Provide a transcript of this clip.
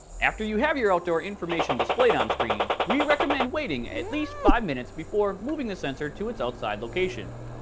after you have your outdoor information displayed on screen, we recommend waiting at least five minutes before moving the sensor to its outside location.